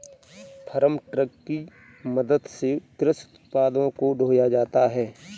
farm truck की मदद से कृषि उत्पादों को ढोया जाता है